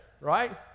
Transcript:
right